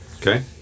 Okay